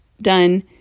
done